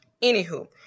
Anywho